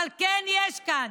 אבל כן יש כאן